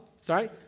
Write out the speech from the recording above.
sorry